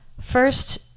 First